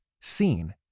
seen